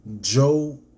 Joe